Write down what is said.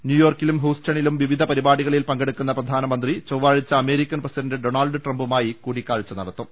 ന്യൂയോർക്കിലും ഹൂസ്റ്റണിലും വിവിധ പരിപാടികളിൽ പങ്കെടുക്കുന്ന പ്രധാനമന്ത്രി ചൊവ്വാഴ്ച അമേരിക്കൻ പ്രസിഡന്റ് ഡൊണാൾഡ് ട്രംപുമായി കൂടി ക്കാഴ്ച നടത്തും